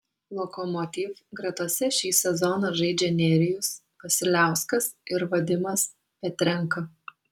lokomotiv gretose šį sezoną žaidžia nerijus vasiliauskas ir vadimas petrenka